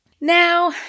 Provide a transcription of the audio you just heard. now